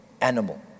animal